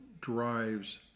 drives